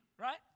right